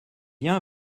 viens